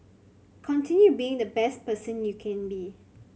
continue being the best person you can be